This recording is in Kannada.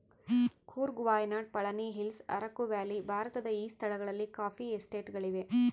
ಕೂರ್ಗ್ ವಾಯ್ನಾಡ್ ಪಳನಿಹಿಲ್ಲ್ಸ್ ಅರಕು ವ್ಯಾಲಿ ಭಾರತದ ಈ ಸ್ಥಳಗಳಲ್ಲಿ ಕಾಫಿ ಎಸ್ಟೇಟ್ ಗಳಿವೆ